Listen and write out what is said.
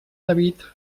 david